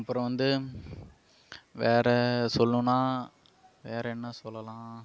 அப்றம் வந்து வேற சொல்லணுனா வேற என்ன சொல்லலாம்